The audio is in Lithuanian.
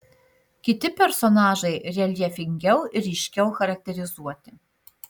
kiti personažai reljefingiau ir ryškiau charakterizuoti